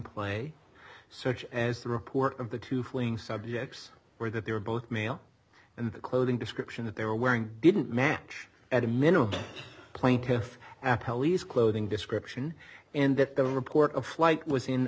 play such as the report of the two fleeing subjects where that they were both male and the clothing description that they were wearing didn't match at a minimum plaintiff at halle's clothing description and that the report of flight was in